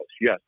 yes